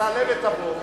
תעלה ותבוא.